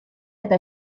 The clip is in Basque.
eta